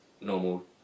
normal